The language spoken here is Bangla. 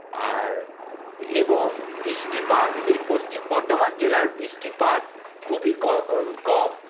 আর এবং বৃষ্টিপাত এই পশ্চিম বর্ধমান জেলার বৃষ্টিপাত খুবই কম কম